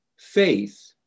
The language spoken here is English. Faith